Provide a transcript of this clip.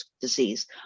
disease